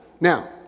Now